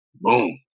Boom